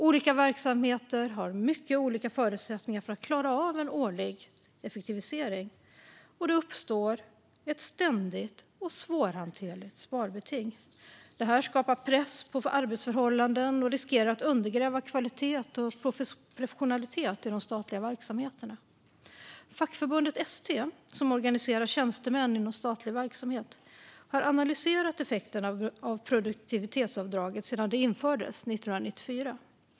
Olika verksamheter har mycket olika förutsättningar att klara av en årlig effektivisering, och det uppstår ett ständigt och svårhanterligt sparbeting. Detta skapar press på arbetsförhållanden och riskerar att undergräva kvalitet och professionalitet i de statliga verksamheterna. Fackförbundet ST, som organiserar tjänstemän inom statlig verksamhet, har analyserat effekterna av produktivitetsavdraget sedan det infördes 1994.